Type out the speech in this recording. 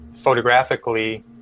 photographically